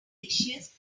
delicious